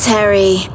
Terry